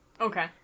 Okay